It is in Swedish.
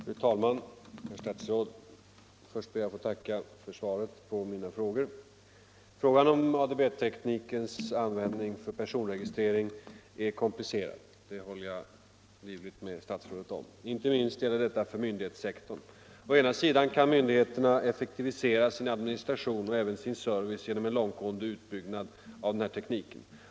Fru talman! Först ber jag att få tacka herr statsrådet på svaret på mina frågor. Frågan om ADB-teknikens användning för personregistrering är komplicerad. Det håller jag livligt med statsrådet om. Inte minst gäller detta för myndighetssektorn. Å ena sidan kan myndigheterna effektivisera sin administration och även sin service genom en långtgående utbyggnad av denna teknik.